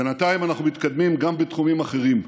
בינתיים אנחנו מתקדמים גם בתחומים אחרים.